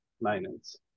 maintenance